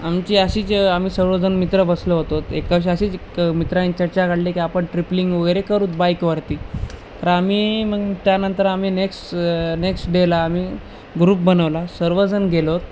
आमची अशीच आम्ही सर्वजण मित्र बसलो होतो एकाशी अशीच एक मित्रांची चर्चा घडली की आपण ट्रिप्लिंग वगैरे करू बाईकवरती तर आम्ही मग त्यानंतर आम्ही नेक्स्ट नेक्स्ट डेला आम्ही ग्रुप बनवला सर्वजण गेलो